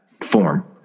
form